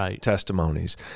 testimonies